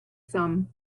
some